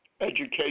education